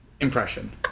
impression